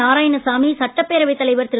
நாராயணசாமி சட்டப்பேரவை தலைவர் திரு